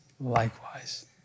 likewise